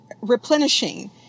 replenishing